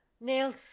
nails